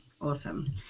Awesome